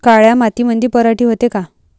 काळ्या मातीमंदी पराटी होते का?